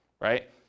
right